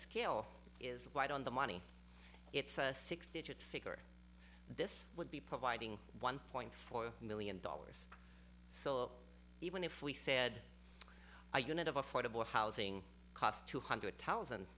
scale is why don't the money it's a six digit figure this would be providing one point four million dollars so even if we said a unit of affordable housing cost two hundred thousand